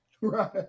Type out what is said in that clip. Right